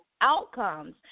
outcomes